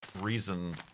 reason